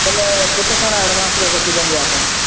ବୋଲେ କେତେ କାଣା ଆଡ଼ଭାନ୍ସରେ ରଖୁଛନ୍ତି ଆପଣ